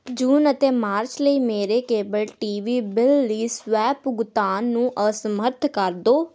ਜੂਨ ਅਤੇ ਮਾਰਚ ਲਈ ਮੇਰੇ ਕੇਬਲ ਟੀ ਵੀ ਬਿੱਲ ਲਈ ਸਵੈ ਭੁਗਤਾਨ ਨੂੰ ਅਸਮਰੱਥ ਕਰ ਦਿਓ